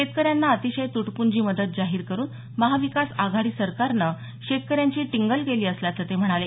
शेतकऱ्यांना अतिशय तुटपुंजी मदत जाहीर करून महाविकास आघाडी सरकारने शेतकऱ्यांची टिंगल केली असल्याचं ते म्हणाले